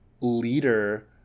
leader